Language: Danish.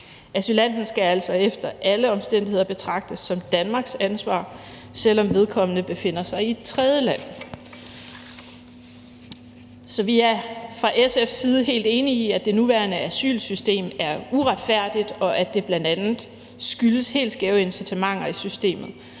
Asylanten skal altså efter alle omstændigheder betragtes som Danmarks ansvar, selv om vedkommende befinder sig i et tredjeland. Så vi er fra SF's side helt enige i, at det nuværende asylsystem er uretfærdigt, og at det bl.a. skyldes helt skæve incitamenter i systemet.